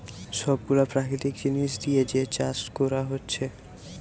সব গুলা প্রাকৃতিক জিনিস দিয়ে যে চাষ কোরা হচ্ছে